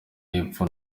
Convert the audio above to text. y’epfo